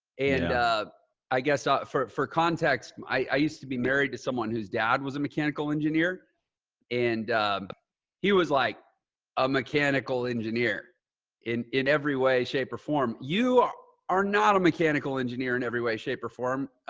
and ah i guess ah for for context, i used to be married to someone whose dad was a mechanical engineer and he was like a mechanical engineer in in every way, shape or form. you are not a mechanical engineer in every way, shape or form.